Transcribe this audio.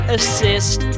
Assist